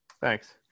Thanks